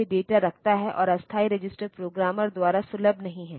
और अस्थायी register programmer द्वारा सुलभ नहीं है